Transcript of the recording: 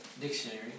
Dictionary